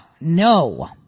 no